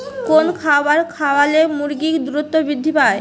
কোন খাবার খাওয়ালে মুরগি দ্রুত বৃদ্ধি পায়?